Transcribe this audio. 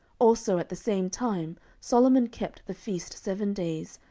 also at the same time solomon kept the feast seven days,